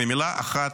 ומילה אחת,